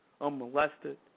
unmolested